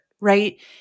right